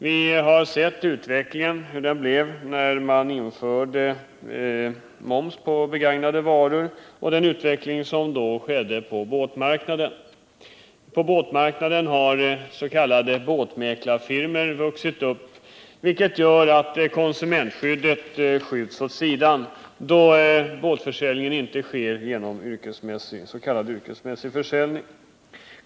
Vi såg vilken utvecklingen blev på båtmarknaden efter införandet av moms på begagnade varor. Där har s.k. båtmäklarfirmor vuxit upp. När båthandeln sker genom s.k. icke yrkesmässig försäljning försämras konsumentskyddet.